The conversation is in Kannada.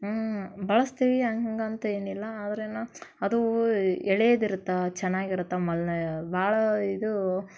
ಹ್ಞೂ ಬಳಸ್ತೀವಿ ಹಾಗಂತ ಏನಿಲ್ಲ ಆದ್ರೂನು ಅದು ಎಳೇದಿರುತ್ತೆ ಚೆನ್ನಾಗಿರುತ್ತ ಮಲ್ನ ಭಾಳ ಇದು